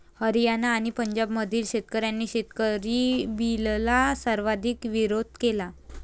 हरियाणा आणि पंजाबमधील शेतकऱ्यांनी शेतकरी बिलला सर्वाधिक विरोध केला